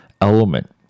element